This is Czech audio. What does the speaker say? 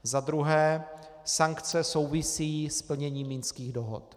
Za druhé sankce souvisí s plněním Minských dohod.